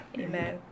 Amen